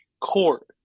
court